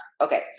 Okay